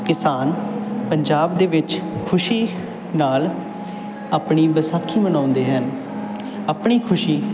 ਕਿਸਾਨ ਪੰਜਾਬ ਦੇ ਵਿੱਚ ਖੁਸ਼ੀ ਨਾਲ ਆਪਣੀ ਵਿਸਾਖੀ ਮਨਾਉਂਦੇ ਹਨ ਆਪਣੀ ਖੁਸ਼ੀ